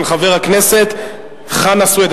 של חבר הכנסת חנא סוייד.